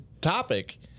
topic